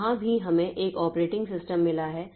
तो वहाँ भी हमें एक ऑपरेटिंग सिस्टम मिला है